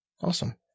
Awesome